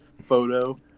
photo